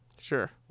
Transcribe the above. Sure